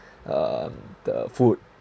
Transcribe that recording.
um the food